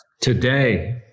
Today